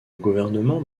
gouvernement